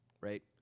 right